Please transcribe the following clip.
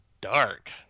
Dark